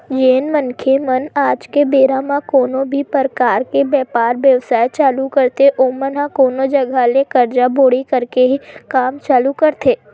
जेन मनखे मन आज के बेरा म कोनो भी परकार के बेपार बेवसाय चालू करथे ओमन ह कोनो जघा ले करजा बोड़ी करके ही काम चालू करथे